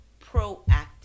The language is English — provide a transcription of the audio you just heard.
proactive